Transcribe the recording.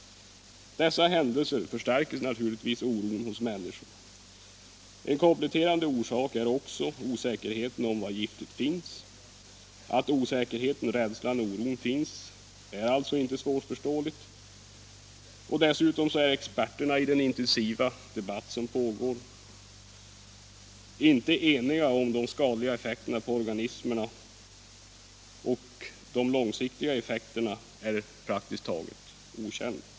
Dessa händelser förstärker naturligtvis oron hos människor. En kompletterande orsak är också osäkerheten om var giftet finns. Att osäkerheten, rädslan och oron finns är inte svårförståeligt. Dessutom är experterna i den intensiva debatt som pågår inte eniga om de skadliga effekterna på organismerna, och de långsiktiga effekterna är praktiskt taget okända.